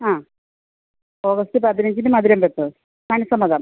ആ ഓഗസ്റ്റ് പതിനഞ്ചിന് മധുരം വെപ്പ് മനഃസമ്മതം